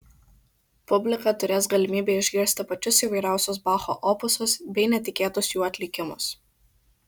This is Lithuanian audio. publika turės galimybę išgirsti pačius įvairiausius bacho opusus bei netikėtus jų atlikimus